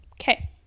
Okay